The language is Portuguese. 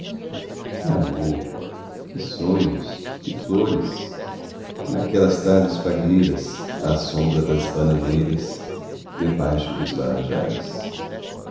que amor que sonhos que flores naquelas tardes fagueiras à sombra das bananeiras debaixo dos laranjais